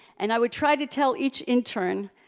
and i would try to tell each intern,